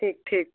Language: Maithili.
ठीक ठीक छै